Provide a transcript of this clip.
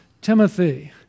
Timothy